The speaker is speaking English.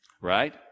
Right